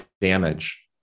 damage